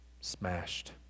smashed